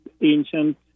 ancient